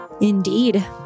Indeed